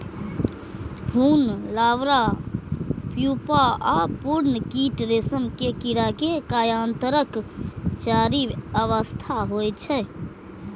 भ्रूण, larva, pupa आ पूर्ण कीट रेशम के कीड़ा के कायांतरणक चारि अवस्था होइ छै